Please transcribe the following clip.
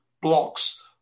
blocks